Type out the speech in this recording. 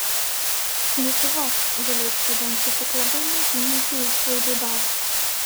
lietuva galės padengti tik labai nežymią šių išlaidų dalį